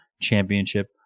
championship